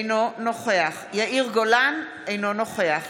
אינו נוכח יאיר גולן, אינו נוכח